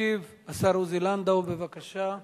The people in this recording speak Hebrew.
ישיב השר עוזי לנדאו, בבקשה.